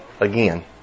again